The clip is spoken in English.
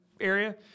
area